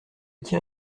tien